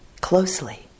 closely